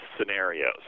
scenarios